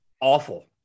awful